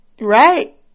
Right